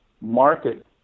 market